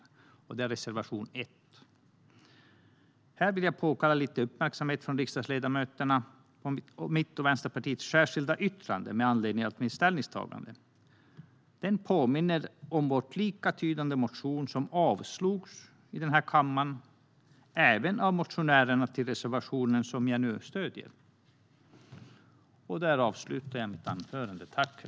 Jag yrkar därmed bifall till reservation 1. Här vill jag påkalla lite uppmärksamhet från riksdagsledamöterna på mitt och Vänsterpartiets särskilda yttrande med anledning av mitt ställningstagande. Det påminner om vår likalydande motion som avslogs i den här kammaren även av motionärerna till reservationen som jag nu stöder.